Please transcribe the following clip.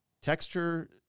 texture